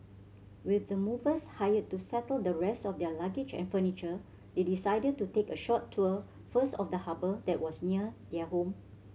with the movers hired to settle the rest of their luggage and furniture they decided to take a short tour first of the harbour that was near their home